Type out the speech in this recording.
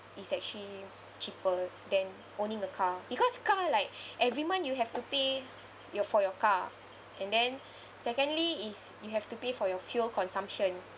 is actually cheaper than owning a car because car like every month you have to pay your for your car and then secondly is you have to pay for your fuel consumption